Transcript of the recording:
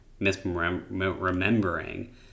misremembering